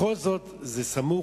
בכל זאת, זה סמוך,